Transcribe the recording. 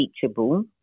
teachable